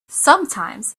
sometimes